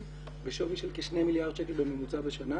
בשווי של כשני מיליארד שקלים בממוצע בשנה.